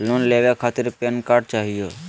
Loan लेवे खातीर PAN card चाहियो?